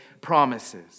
promises